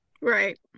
right